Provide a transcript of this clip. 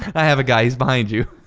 i have a guy, he's behind you.